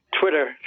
Twitter